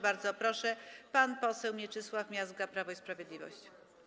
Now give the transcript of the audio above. Bardzo proszę, pan poseł Mieczysław Miazga, Prawo i Sprawiedliwość.